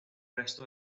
resto